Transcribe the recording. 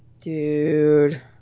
Dude